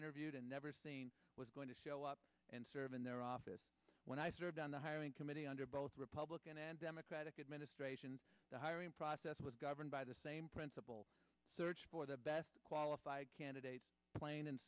interviewed and never seen was going to show up and serve in their office when i served on the hiring committee under both republican and democratic administrations the hiring process was governed by the same principle search for the best qualified candidates plain and